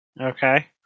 okay